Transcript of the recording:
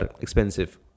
expensive